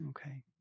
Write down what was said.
Okay